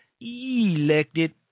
elected